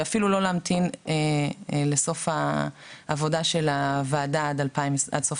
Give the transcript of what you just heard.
ואפילו לא להמתין לסוף העבודה של הוועדה עד סוף